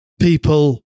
people